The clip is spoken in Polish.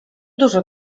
dużo